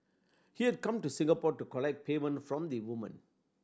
he had come to Singapore to collect payment from the woman